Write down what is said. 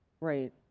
Right